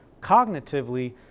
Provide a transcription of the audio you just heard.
cognitively